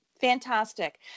Fantastic